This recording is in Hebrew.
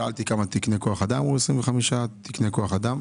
שאלתי כמה תקני כוח אדם ואמרו 25 תקני כוח אדם.